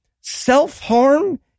self-harm